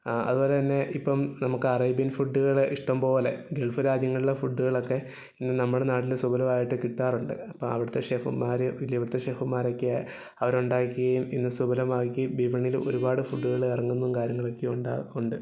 അതുപോലെ തന്നെ ഇപ്പം നമുക്ക് അറേബ്യൻ ഫുഡുകള് ഇഷ്ടം പോലെ ഗൾഫ് രാജ്യങ്ങളിലെ ഫുഡുകളൊക്കെ ഇന്ന് നമ്മുടെ നാട്ടില് സുഭലമായിട്ട് കിട്ടാറുണ്ട് അപ്പം അവിടുത്തെ ഷെഫ്മാര് പിന്നെ ഇവിടുത്തെ ഷെഫ്മാരൊക്കെ അവർ ഉണ്ടാക്കിയും ഇന്ന് സുഭലമാക്കിയും വിപണിയിൽ ഒരുപാട് ഫുഡുകളിറങ്ങുന്നതും കാര്യങ്ങളൊക്കെ ഉണ്ട് ഉണ്ട്